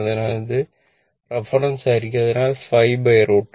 അതിനാൽ ഇത് റഫറൻസായിരിക്കും അതിനാൽ 5 √ 2